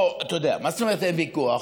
אתה יודע, מה זאת אומרת אין ויכוח?